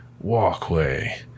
walkway